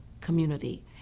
community